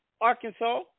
Arkansas